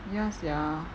ya sia